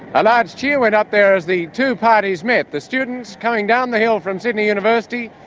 a large cheer went up there as the two parties met, the students coming down the hill from sydney university,